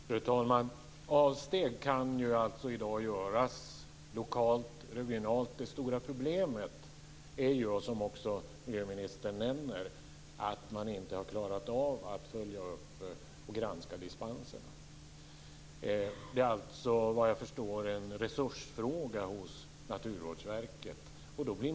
Fru talman! Avsteg kan i dag göras lokalt och regionalt. Det stora problemet är, som miljöministern nämner, att man inte har klarat att följa upp och granska dispenserna. Det är alltså, såvitt jag förstår, en fråga om resurser hos Naturvårdsverket.